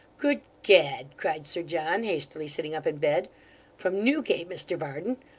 good gad cried sir john, hastily sitting up in bed from newgate, mr varden!